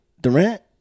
Durant